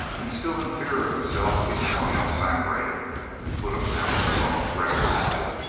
and still in fear of himself he swung el sangre and put him down the slope recklessly.